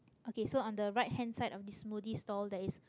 okay so on the right-hand side of the smoothie store there is